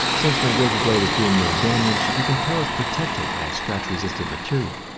since my razor blade is doing no damage, we can tell it's protected by a scratch resistant material.